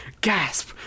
Gasp